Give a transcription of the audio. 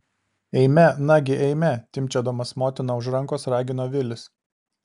eime nagi eime timpčiodamas motiną už rankos ragino vilis